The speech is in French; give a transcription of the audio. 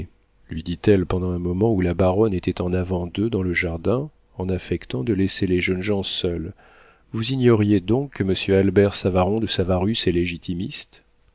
lui dit-elle pendant un moment où la baronne était en avant d'eux dans le jardin en affectant de laisser les jeunes gens seuls vous ignoriez donc que monsieur albert savaron de savarus